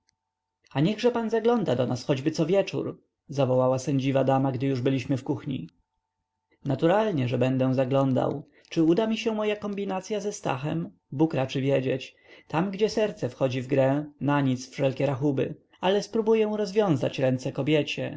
a niechże pan zagląda do nas choćby cowieczór zawołała sędziwa dama gdy już byliśmy w kuchni naturalnie że będę zaglądał czy uda mi się moja kombinacya ze stachem bóg raczy wiedzieć tam gdzie serce wchodzi w grę nanic wszelkie rachuby ale spróbuję rozwiązać ręce kobiecie